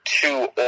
two